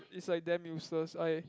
it's like damn useless I